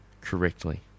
correctly